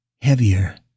heavier